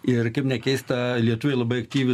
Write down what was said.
ir kaip nekeista lietuviai labai aktyviai